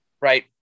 Right